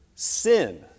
sin